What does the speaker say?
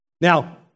Now